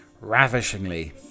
ravishingly